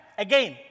Again